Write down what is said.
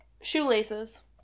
Shoelaces